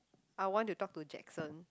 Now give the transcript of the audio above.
I want to talk to Jackson